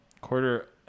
quarter